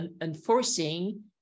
enforcing